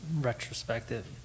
retrospective